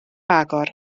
agor